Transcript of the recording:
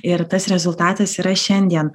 ir tas rezultatas yra šiandien